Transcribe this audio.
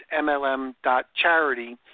MLM.charity